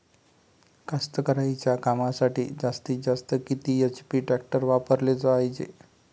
कास्तकारीच्या कामासाठी जास्तीत जास्त किती एच.पी टॅक्टर वापराले पायजे?